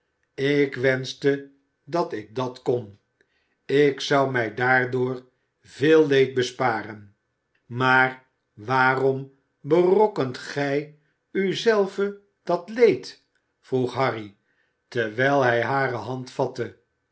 ik wenschte dat ik dat kon ik zou mij daardoor veel leed besparen maar waarom berokkent gij u zelve dat leed vroeg harry terwijl hij hare